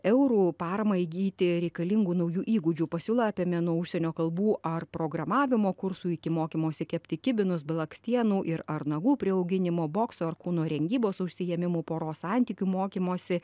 eurų paramą įgyti reikalingų naujų įgūdžių pasiūla apėmė nuo užsienio kalbų ar programavimo kursų iki mokymosi kepti kibinus blakstienų ir ar nagų priauginimo bokso ar kūno rengybos užsiėmimų poros santykių mokymosi